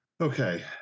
okay